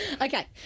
Okay